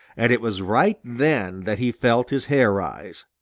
and it was right then that he felt his hair rise.